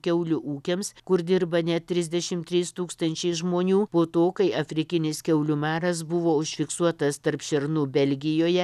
kiaulių ūkiams kur dirba net trisdešimt trys tūkstančiai žmonių po to kai afrikinis kiaulių maras buvo užfiksuotas tarp šernų belgijoje